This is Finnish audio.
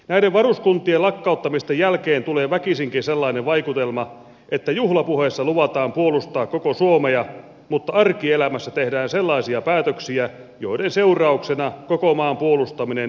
näiden varuskuntien lakkauttamisten jälkeen tulee väkisinkin sellainen vaikutelma että juhlapuheissa luvataan puolustaa koko suomea mutta arkielämässä tehdään sellaisia päätöksiä joiden seurauksena koko maan puolustaminen on mahdotonta